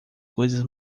coisas